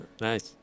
Nice